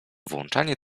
włączanie